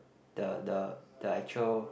the the the actual